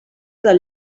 del